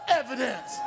evidence